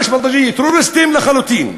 טרוריסטים לחלוטין,